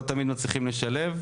לא תמיד מצליחים לשלב.